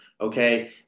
okay